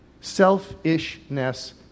Selfishness